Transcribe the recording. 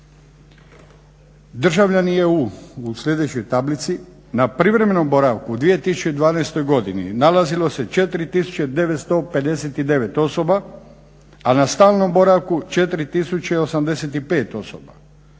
Državljani EU u sljedećoj tablici na privremenom boravku u 2012. godini nalazilo se 4959 osoba, a na stalnom boravku 4085 osoba.